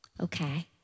Okay